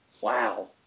Wow